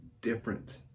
different